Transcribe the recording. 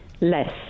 Less